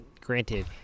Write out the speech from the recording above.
granted